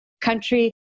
country